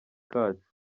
kacu